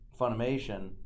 Funimation